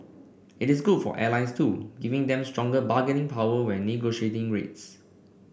it is good for airlines too giving them stronger bargaining power when negotiating rates